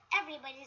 Everybody's